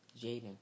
Jaden